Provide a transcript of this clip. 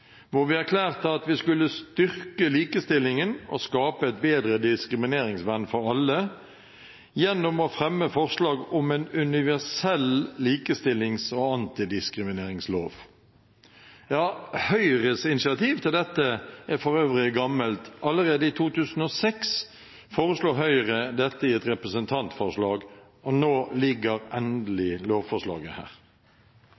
hvor vi erklærte at vi skulle styrke likestillingen og skape et bedre diskrimineringsvern for alle gjennom å fremme forslag om en universell likestillings- og antidiskrimineringslov. Høyres initiativ til dette er for øvrig gammelt. Allerede i 2006 foreslo Høyre dette i et representantforslag. Nå ligger